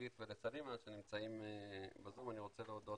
לחגית ולסלימה שנמצאים בזום אני רוצה להודות